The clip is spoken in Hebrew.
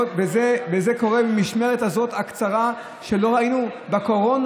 זה קורה במשמרת הקצרה הזו, שלא ראינו בקורונה.